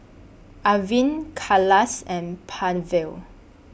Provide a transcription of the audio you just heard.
Arvind Kailash and